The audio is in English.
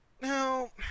Now